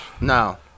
No